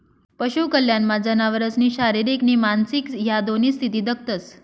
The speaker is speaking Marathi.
पशु कल्याणमा जनावरसनी शारीरिक नी मानसिक ह्या दोन्ही स्थिती दखतंस